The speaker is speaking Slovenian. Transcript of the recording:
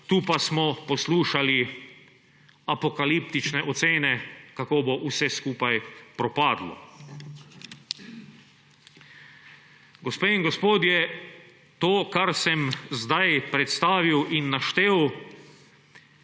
Tu pa smo poslušali apokaliptične ocene, kako bo vse skupaj propadlo. Gospe in gospodje, to, kar sem zdaj predstavil in naštel,